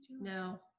No